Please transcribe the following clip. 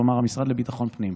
כלומר המשרד לביטחון הפנים.